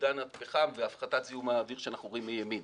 עידן הפחם והפחתת זיהום האוויר שאנחנו רואים מימין.